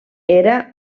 era